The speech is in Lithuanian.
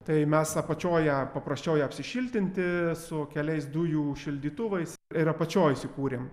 tai mes apačioj ją paprasčiau ją apsišiltinti su keliais dujų šildytuvais ir apačioj įsikūrėm